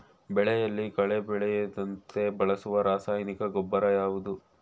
ಬೆಳೆಯಲ್ಲಿ ಕಳೆ ಬೆಳೆಯದಂತೆ ಬಳಸುವ ರಾಸಾಯನಿಕ ಗೊಬ್ಬರ ಯಾವುದು?